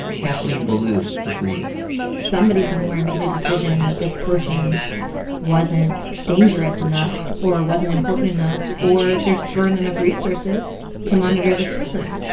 kathleen belew agrees somebody somewhere made a decision that this person wasn't dangerous enough or wasn't important enough or there just weren't enough resources to monitor this person.